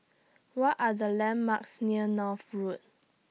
What Are The landmarks near North Road